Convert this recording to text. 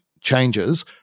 changes